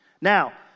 Now